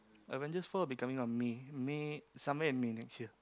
Avengers four will be coming on May May somewhere in May next year